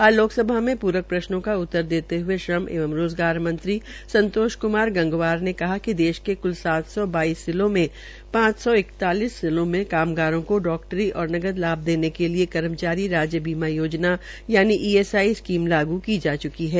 आज लोकसभा में रक प्रश्नों का उत्तर देते हये श्रम एवं रोजगार मंत्री संतोष गंगवा ने कहा कि देश के कुल सात सौ बाईस जिलों से ांच सौ इक्तालिस जिलों में कामगारों को डाक्टरी और नकदी लाभ देने के लिये कर्मचारी राज्य बीमा योजना यानि ईएसआई स्कीम लागू की जा चुकी है